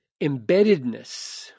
embeddedness